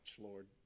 Lord